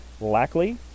Lackley